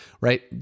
right